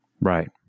Right